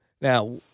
Now